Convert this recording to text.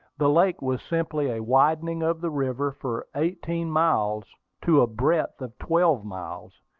the lake was simply a widening of the river for eighteen miles to a breadth of twelve miles.